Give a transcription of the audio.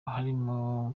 harimo